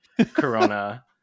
Corona